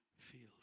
feels